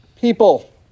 people